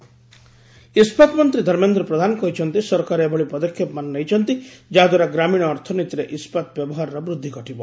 ଧର୍ମେନ୍ଦ୍ର ପ୍ରଧାନ ଇସ୍କାତ ମନ୍ତ୍ରୀ ଧର୍ମେନ୍ଦ୍ର ପ୍ରଧାନ କହିଛନ୍ତି ସରକାର ଏଭଳି ପଦକ୍ଷେପମାନ ନେଇଛନ୍ତି ଯାହାଦ୍ୱାରା ଗ୍ରାମୀଣ ଅର୍ଥନୀତିରେ ଇସ୍କାତ ବ୍ୟବହାରର ବୃଦ୍ଧି ଘଟିବ